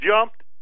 jumped